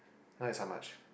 now is how much